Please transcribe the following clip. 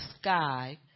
sky